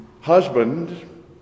husband